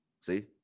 See